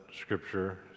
scripture